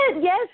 Yes